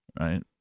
right